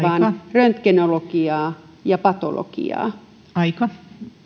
röntgenologiaa ja patologiaa